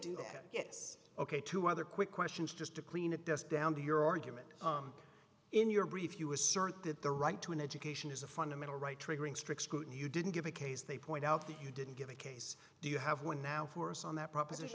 do that yes ok two other quick questions just to clean up dust down to your argument in your brief you assert that the right to an education is a fundamental right triggering strict scrutiny you didn't give a case they point out that you didn't give a case do you have one now for us on that proposition